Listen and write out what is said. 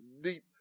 deep